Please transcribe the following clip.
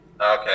Okay